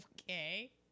Okay